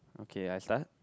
okay I start